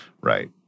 Right